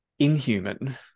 inhuman